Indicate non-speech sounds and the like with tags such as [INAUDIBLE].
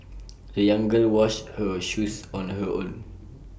[NOISE] the young girl washed her shoes on her own